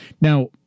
Now